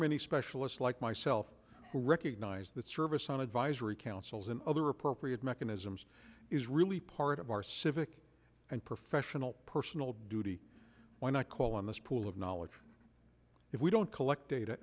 many specialists like myself who recognise that service on advisory councils and other appropriate mechanisms is really par of our civic and professional personal duty why not call on this pool of knowledge if we don't collect data